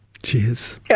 Cheers